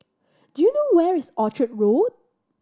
do you know where is Orchard Road